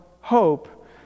hope